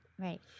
right